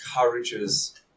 encourages